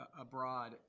abroad